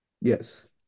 Yes